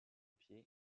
pied